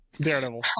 Daredevil